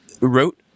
wrote